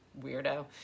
Weirdo